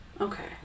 Okay